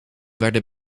werden